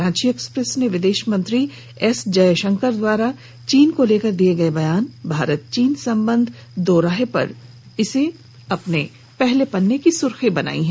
Ranchi express ने विदेश मंत्री एस जयशंकर द्वारा चीन को लेकर दिए गए बयान भारत चीन संबंध दोहराहे पर को पहले पेज पर जगह दी है